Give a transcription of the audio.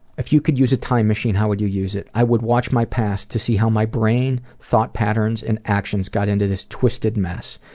if you could use a time machine, how would you use it i would watch my past to see how my brain, thought patterns and actions got into this twisted mess.